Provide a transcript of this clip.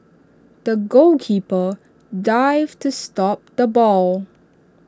the goalkeeper dived to stop the ball